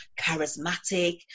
charismatic